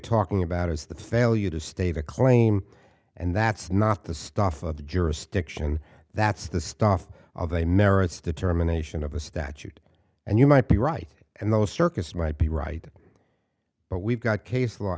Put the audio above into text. talking about is the failure to state a claim and that's not the stuff of the jurisdiction that's the stuff of a marriage determination of a statute and you might be right and those circuits might be right but we've got case law